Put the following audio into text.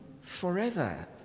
forever